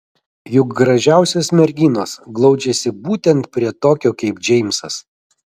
juk gražiausios merginos glaudžiasi būtent prie tokio kaip džeimsas